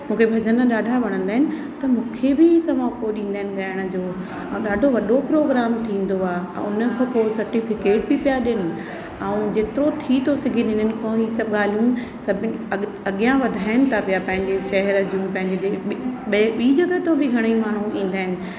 मूंखे भजन ॾाढा वणंदा आहिनि त मूंखे बि सभु मौको ॾींदा आहिनि ॻाइण जो औरि ॾाढो वॾो प्रोग्राम थींदो आहे ऐं उन खां पोइ सर्टीफिकेट बि पिया ॾियनि ऐं जेतिरो थी थो सघे हिननि खां इहे सभु ॻाल्हियूं सभु अॻ अॻियां वधाइनि था पिया पंहिंजे शहर जूं पंहिंजे ॿिए ॿी जॻह तां बि घणेई माण्हू ईंदा आहिनि